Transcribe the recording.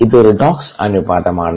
ഇത് റെഡോക്സ് അനുപാതമാണ്